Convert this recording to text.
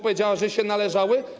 powiedziała, że się należały.